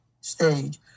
stage